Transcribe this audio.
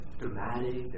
dramatic